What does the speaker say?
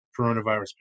coronavirus